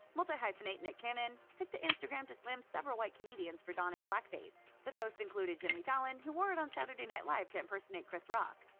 multi-hyphenate nick cannon took to instagram to slam several white comedians for donning blackface. the post included jimmy fallon who wore it on saturday night live to impersonate chris rock.